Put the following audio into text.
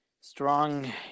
strong